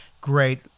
great